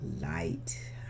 light